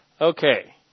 Okay